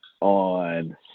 on